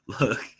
look